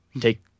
take